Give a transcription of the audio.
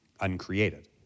uncreated